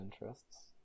interests